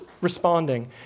responding